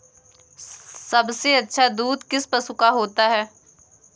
सबसे अच्छा दूध किस पशु का होता है?